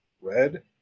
red